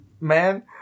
man